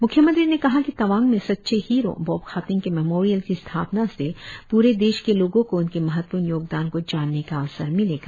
म्ख्यमंत्री ने कहा कि तवांग में सच्चे हीरो बॉब खाथिंग के मेमोरियल की स्थापना से पूरे देश के लोगों को उनके महत्वपूर्ण योगदान को जानने का अवसर मिलेगा